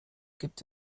gibt